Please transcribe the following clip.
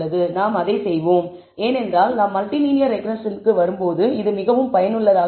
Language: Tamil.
நாம் அதை செய்வோம் ஏனென்றால் நாம் மல்டிலீனியர் ரெக்ரெஸ்ஸன்க்கு வரும்போது இது மிகவும் பயனுள்ளதாக இருக்கும்